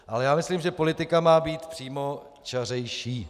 Ale já myslím, že politika má být přímočařejší.